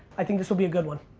i think this will be a good one.